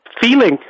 feeling